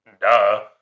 duh